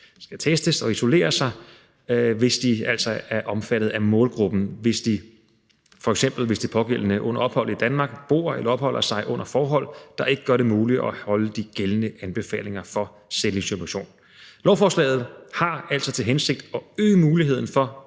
skal testes og isolere sig, hvis de altså er omfattet af målgruppen, f.eks. hvis de pågældende under ophold i Danmark bor eller opholder sig under forhold, der ikke gør det muligt at holde de gældende anbefalinger for selvisolation. Lovforslaget har altså til hensigt at øge muligheden for